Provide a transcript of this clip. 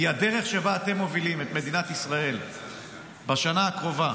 כי הדרך שבה אתם מובילים את מדינת ישראל בשנה הקרובה,